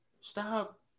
Stop